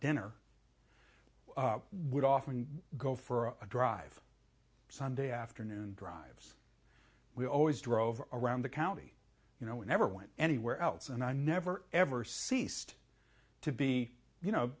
dinner would often go for a drive sunday afternoon drives we always drove around the county you know we never went anywhere else and i never ever see east to be you know